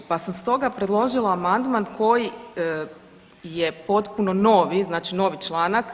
Pa sam stoga predložila amandman koji je potpuno novi, znači novi članak.